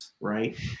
right